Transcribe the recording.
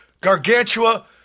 Gargantua